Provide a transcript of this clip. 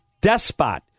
despot